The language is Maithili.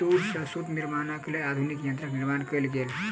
तूर सॅ सूत निर्माणक लेल आधुनिक यंत्रक निर्माण कयल गेल